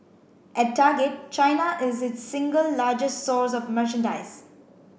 at Target China is its single largest source of merchandise